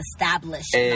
established